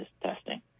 testing